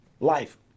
Life